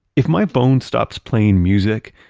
if my phone stops playing music,